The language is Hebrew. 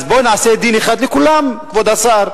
אז בואו נעשה דין אחד לכולם, כבוד השר: